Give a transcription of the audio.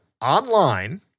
online